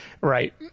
right